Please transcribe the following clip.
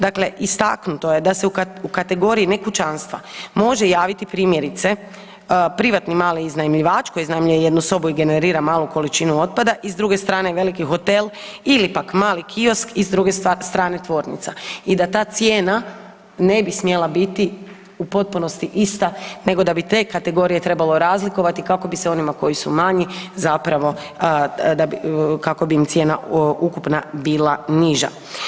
Dakle, istaknuto je da se u kategoriji ne kućanstva može javiti primjerice privatni mali iznajmljivač koji iznajmljuje jednu malu sobu i generira malu količinu otpada i s druge strane veliki hotel ili pak mali kiosk i s druge strane tvornica i da ta cijena ne bi smjela biti u potpunosti ista nego da bi te kategorije trebalo razlikovati kako bi se onima koji su manji kako bi im cijena ukupna bila niža.